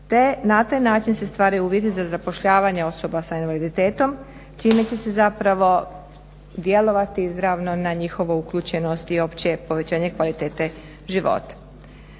na taj način se stvaraju uvjeti za zapošljavanje osoba s invaliditetom čime će se zapravo djelovati izravno na njihovu uključenost i opće povećanje kvalitete života.